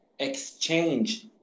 exchange